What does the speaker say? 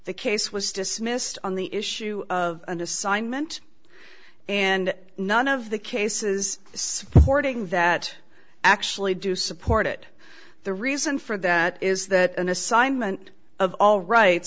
the case was dismissed on the issue of an assignment and none of the cases supporting that actually do support it the reason for that is that an assignment of all right